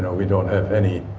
we don't have any